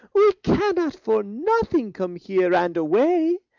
we cannot for nothing come here, and away.